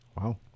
Wow